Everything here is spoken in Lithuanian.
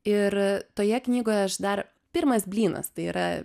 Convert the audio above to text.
ir toje knygoje aš dar pirmas blynas tai yra